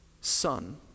son